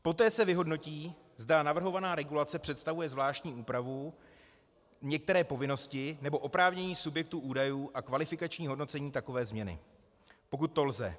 Poté se vyhodnotí, zda navrhovaná regulace představuje zvláštní úpravu některé povinnosti nebo oprávnění subjektu údajů a kvalifikační hodnocení takové změny, pokud to lze.